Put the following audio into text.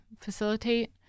facilitate